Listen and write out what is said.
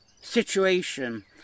situation